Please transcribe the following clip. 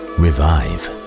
revive